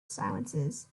silences